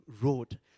Road